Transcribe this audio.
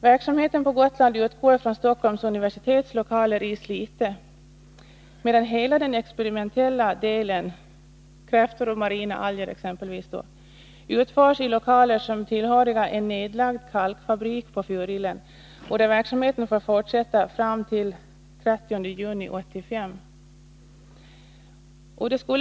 Verksamheten på Gotland leds från Stockholms universitets lokaler i Slite, medan hela den experimentella delen — exempelvis när det gäller kräftor och marina alger — är förlagd till lokaler som tillhörde en nedlagd kalkfabrik på Furillen. Verksamheten får där fortsätta fram till den 30 juni 1985.